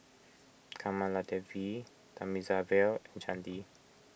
Kamaladevi Thamizhavel and Chandi